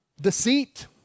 Deceit